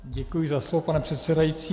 Děkuji za slovo, pane předsedající.